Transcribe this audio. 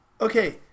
okay